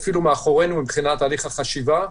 שהן אפילו מאחורינו מבחינת תהליך החשיבה.